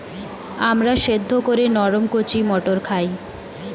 আমরা সেদ্ধ করে নরম কচি মটর খাই